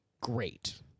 great